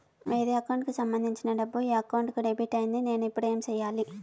వేరే అకౌంట్ కు సంబంధించిన డబ్బు ఈ అకౌంట్ కు డెబిట్ అయింది నేను ఇప్పుడు ఏమి సేయాలి